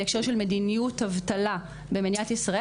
בהקשר של מדיניות אבטלה במדינת ישראל